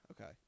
okay